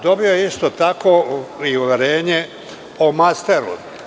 Dobio je isto tako i uverenje o masteru.